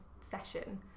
session